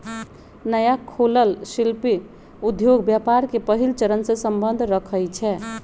नया खोलल शिल्पि उद्योग व्यापार के पहिल चरणसे सम्बंध रखइ छै